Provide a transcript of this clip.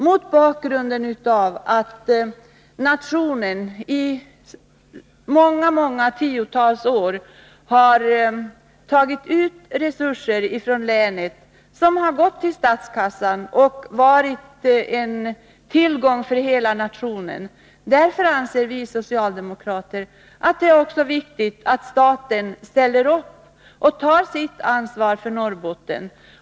Mot bakgrund av att nationen i många tiotal år har tagit ut resurser från länet som har gått till statskassan och därmed varit en tillgång för hela nationen, anser vi socialdemokrater att det är viktigt att staten ställer upp och tar sitt ansvar för Norrbotten.